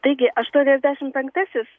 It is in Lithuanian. taigi aštuoniasdešim penktasis